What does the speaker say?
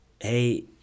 hey